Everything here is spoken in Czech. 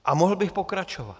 A mohl bych pokračovat.